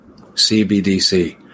CBDC